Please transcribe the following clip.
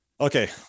Okay